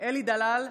אלי דלל,